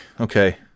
okay